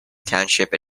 township